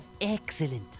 Excellent